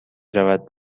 رود